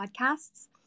Podcasts